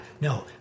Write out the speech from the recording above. no